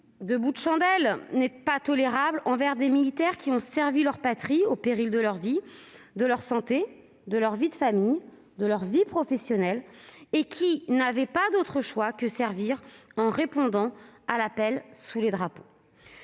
de bouts de chandelle n'est pas tolérable envers des militaires qui ont servi leur patrie au péril de leur vie, de leur santé, de leur vie de famille, de leur vie professionnelle et qui n'avaient pas d'autre choix que de servir, en répondant à l'appel pour combattre